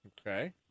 Okay